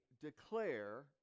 declare